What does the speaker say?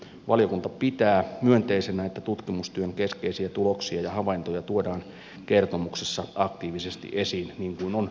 valiokunta pitää myönteisenä että tutkimustyön keskeisiä tuloksia ja havaintoja tuodaan kertomuksessa aktiivisesti esiin niin kuin on tapahtunutkin